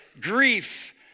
grief